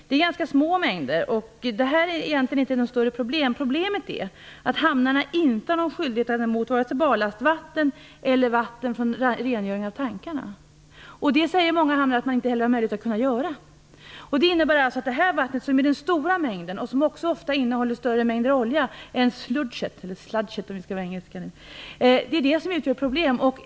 Det handlar om ganska små mängder som egentligen inte är något större problem. Problemet är att hamnarna inte har någon skyldighet att ta emot vare sig barlastvatten eller vatten från rengöring av tankarna. Detta säger man vid många hamnar att man inte heller har möjlighet att göra. Det innebär alltså att detta vatten, som är den stora mängden och som också ofta innehåller större mängder olja än "sluicet". Det är detta som utgör problemet.